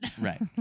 Right